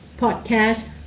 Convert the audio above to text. podcast